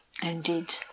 Indeed